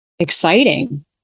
exciting